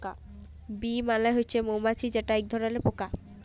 bee মালে হছে মমাছি যেট ইক ধরলের পকা